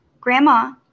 Grandma